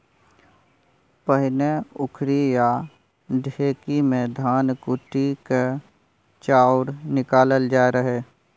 पहिने उखरि या ढेकी मे धान कुटि कए चाउर निकालल जाइ रहय